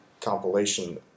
compilation